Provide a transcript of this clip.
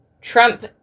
Trump